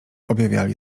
objawiali